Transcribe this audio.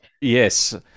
Yes